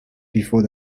before